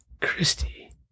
Christy